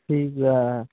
ਠੀਕ ਹੈ